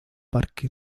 parque